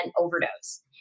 overdose